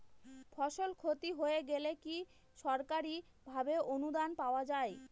ফসল ক্ষতি হয়ে গেলে কি সরকারি ভাবে অনুদান পাওয়া য়ায়?